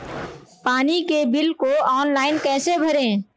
पानी के बिल को ऑनलाइन कैसे भरें?